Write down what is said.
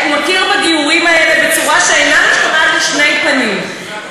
שהוא מכיר בגיורים האלה בצורה שאינה משתמעת לשני פנים,